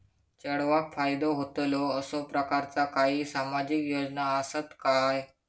चेडवाक फायदो होतलो असो प्रकारचा काही सामाजिक योजना असात काय?